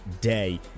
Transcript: Day